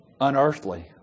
unearthly